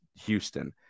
Houston